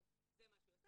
אבל זה מה שהוא יעשה.